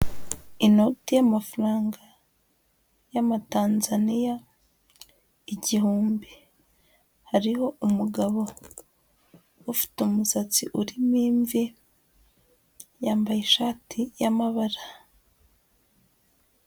Inoti y'amafaranga y'Amatanzaniya igihumbi, hariho umugabo ufite umusatsi urimo imvi, yambaye ishati y'amabara.